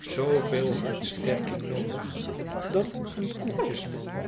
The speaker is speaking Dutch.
zooveel hartsterking noodig dat een koekjesman die